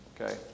Okay